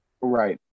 right